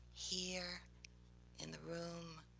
here in the room,